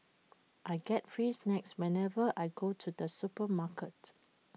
I get free snacks whenever I go to the supermarket